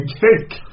cake